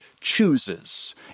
chooses